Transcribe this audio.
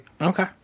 Okay